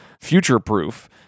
future-proof